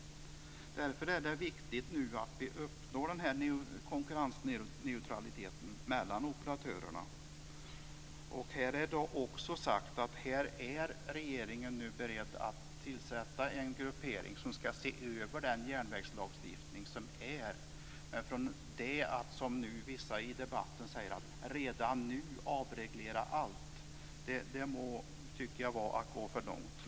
Därför är det viktigt att vi uppnår konkurrensneutraliteten mellan operatörerna. Här är det också sagt att regeringen nu är beredd att tillsätta en grupp som ska se över järnvägslagstiftningen. Det som vissa i debatten säger, att redan nu avreglera allt, tycker jag är att gå för långt.